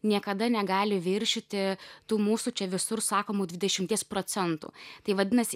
niekada negali viršyti tų mūsų čia visur sakomų dvidešimties procentų tai vadinasi